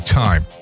time